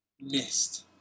Missed